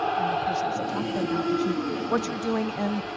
and more personal. so talk about about what you're what you're doing. and